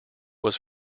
was